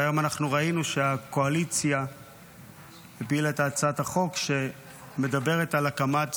והיום ראינו שהקואליציה הפילה את הצעת החוק שמדברת על הקמת